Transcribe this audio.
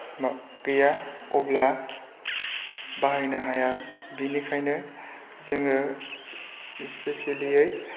गैया अब्ला बाहायनो हाया बेनिखायनो जोङो इस्पिसियेलियै